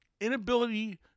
inability